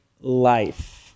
life